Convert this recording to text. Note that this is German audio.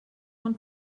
von